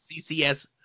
CCS